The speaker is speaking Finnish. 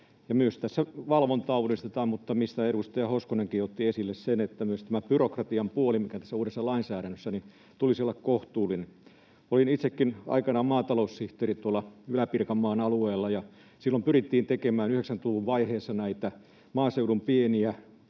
myös tässä valvontaa uudistetaan. Mutta edustaja Hoskonenkin otti esille sen, että tämän byrokratiapuolen, mikä on tässä uudessa lainsäädännössä, tulisi olla kohtuullinen. Olin itsekin aikanaan maataloussihteeri tuolla Ylä-Pirkanmaan alueella, ja kun silloin 90-luvun vaiheessa pyrittiin tekemään näitä maaseudun pieniä